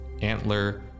Antler